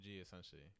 essentially